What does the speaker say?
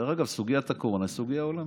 דרך אגב, סוגיית הקורונה היא סוגיה עולמית,